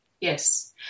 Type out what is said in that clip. Yes